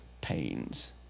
pains